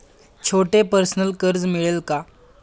छोटे पर्सनल कर्ज मिळेल का?